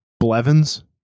Blevins